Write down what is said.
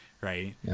Right